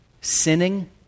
sinning